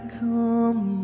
come